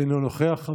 אינו נוכח.